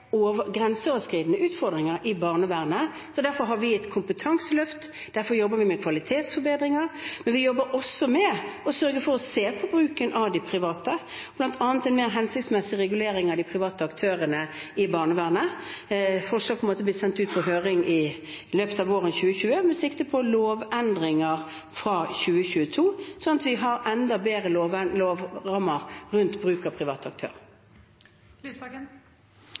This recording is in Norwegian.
grenseoverskridende utfordringer i barnevernet. Derfor har vi et kompetanseløft, derfor jobber vi med kvalitetsforbedringer. Men vi jobber også med å se på bruken av de private, bl.a. på en mer hensiktsmessig regulering av de private aktørene i barnevernet. Forslaget kommer til å bli sendt ut på høring i løpet av våren 2020, med sikte på lovendringer fra 2022, slik at vi har enda bedre lovrammer rundt bruk av